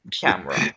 camera